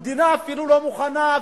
המדינה אפילו לא מוכנה,